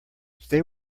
stay